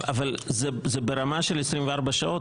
אבל זה ברמה של 24 שעות?